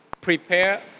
Prepare